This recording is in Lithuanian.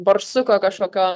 barsuko kažkokios